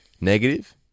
negative